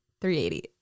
380